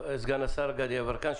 סגן השר גדי יברקן,